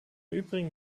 übrigen